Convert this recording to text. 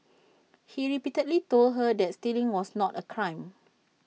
he repeatedly told her that stealing was not A crime